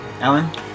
Alan